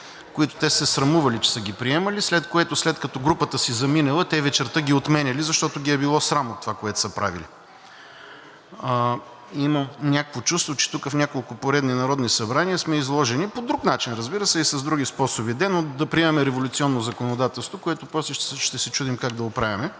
които те са се срамували, че са ги приемали, след което, след като групата си заминела, те вечерта ги отменяли, защото ги е било срам от това, което са правили. Имам някакво чувство, че тук, в няколко поредни народни събрания, сме изложени по друг начин, разбира се, и с други способи де, но да приемем революционно законодателство, което после ще се чудим как да оправяме,